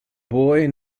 boy